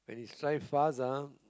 strive fast ah